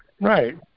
Right